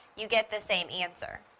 you get the same answer.